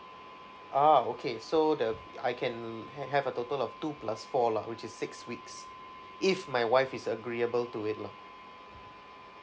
ah okay so that'll I can have have a total of two plus four lah which is six weeks if my wife is agreeable to it lah